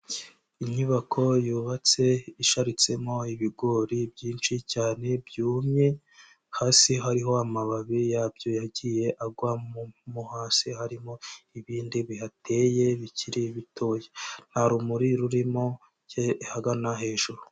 Inyubako yubatse isharitsemo ibigori byinshi cyane byumye, hasi hariho amababi yabyo yagiye agwa mu muhasi harimo ibindi bihateye bikiri bitoya, nta rumuri rurimo ahagana hejuru.